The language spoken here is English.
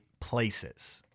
places